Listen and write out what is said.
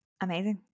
Amazing